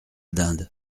dinde